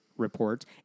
report